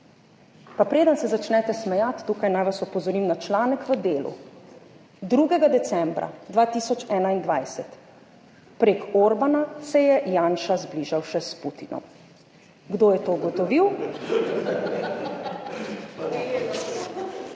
Pa preden se začnete smejati tukaj naj vas opozorim na članek v Delu, 2. decembra 2021, Prek Orbana se je Janša zbližal še s Putinom. Kdo je to ugotovil?